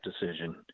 decision